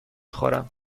خورم